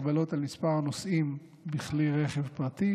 הגבלות על מספר הנוסעים בכלי רכב פרטי